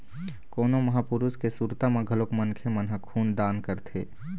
कोनो महापुरुष के सुरता म घलोक मनखे मन ह खून दान करथे